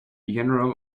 general